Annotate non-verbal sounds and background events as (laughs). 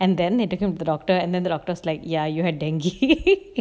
and then they took him to the doctor and then the doctors like ya you had dengue (laughs)